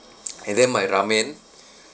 and then my ramen